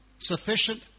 sufficient